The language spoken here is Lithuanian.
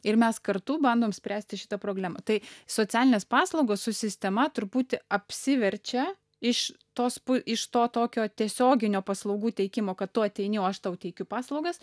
ir mes kartu bandom spręsti šitą problemą tai socialinės paslaugos su sistema truputį apsiverčia iš tos iš to tokio tiesioginio paslaugų teikimo kad tu ateini o aš tau teikiu paslaugas